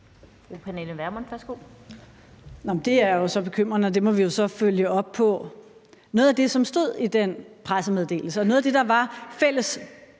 det er bekymrende, og det må vi jo så følge op på. Noget af det, som stod i den pressemeddelelse, og noget af det, der var et fælles